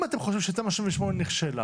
אם אתם חושבים שתמ"א 38 נכשלה